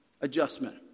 Adjustment